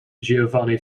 giovanni